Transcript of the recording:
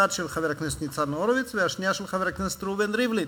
אחת של חבר הכנסת ניצן הורוביץ והשנייה של חבר הכנסת ראובן ריבלין.